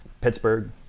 Pittsburgh